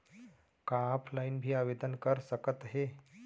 का ऑफलाइन भी आवदेन कर सकत हे?